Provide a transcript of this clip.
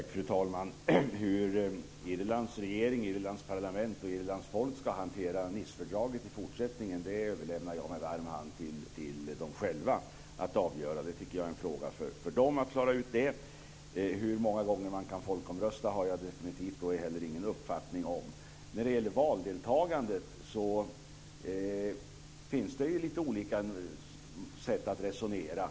Fru talman! Hur Irlands regering, Irlands parlament och Irlands folk ska hantera Nicefördraget i fortsättningen överlämnar jag med varm hand åt dem själva att avgöra. Jag tycker att det är en fråga för dem att klara ut. Hur många gånger man kan folkomrösta har jag definitivt inte heller någon uppfattning om. När det gäller valdeltagandet finns det ju lite olika sätt att resonera.